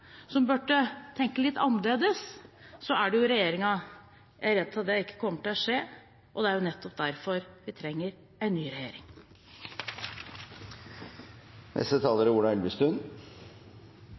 som burde tenke litt annerledes, er det regjeringen. Jeg er redd for at det ikke kommer til å skje, og det er nettopp derfor vi trenger en ny regjering.